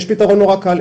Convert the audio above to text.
יש פתרון מאוד קל,